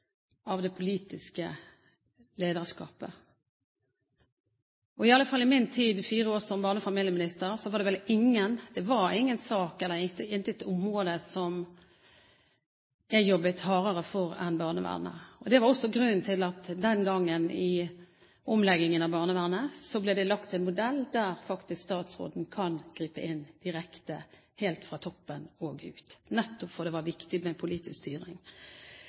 av byråkratiet og, ikke minst, av det politiske lederskapet. I alle fall i mine fire år som barne- og familieminister var det ingen sak eller intet område som jeg jobbet hardere for enn barnevernet. Det var også grunnen til at det i omleggingen av barnevernet den gangen ble lagt en modell der statsråden faktisk kan gripe inn direkte – helt fra toppen og ned – nettopp fordi det var viktig med politisk styring.